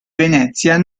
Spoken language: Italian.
venezia